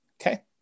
Okay